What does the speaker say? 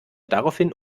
daraufhin